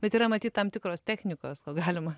bet yra matyt tam tikros technikos ko galima